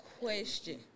question